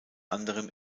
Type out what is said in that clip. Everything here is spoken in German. anderem